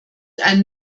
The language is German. einen